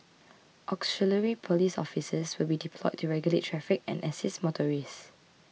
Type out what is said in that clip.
auxiliary police officers will be deployed to regulate traffic and assist motorists